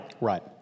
Right